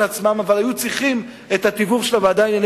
והיו צריכים את התיווך של הוועדה לענייני